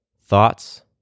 Thoughts